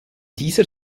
dieser